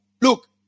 look